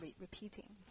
repeating